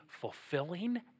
fulfilling